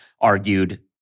argued